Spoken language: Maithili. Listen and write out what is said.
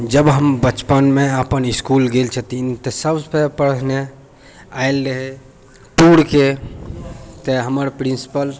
जब हम बचपनमे अपन इसकुल गेल छथिन तऽ सभसँ पहिने आयल रहै टूरके तऽ हमर प्रिन्सिपल